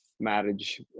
marriage